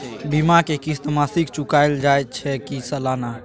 बीमा के किस्त मासिक चुकायल जाए छै की सालाना?